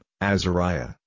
Azariah